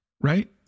Right